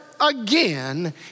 again